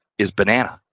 is banana.